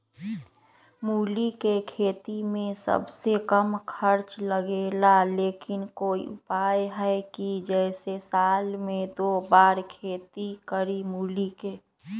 मूली के खेती में सबसे कम खर्च लगेला लेकिन कोई उपाय है कि जेसे साल में दो बार खेती करी मूली के?